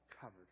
covered